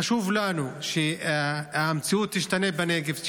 חשוב לנו שהמציאות בנגב תשתנה,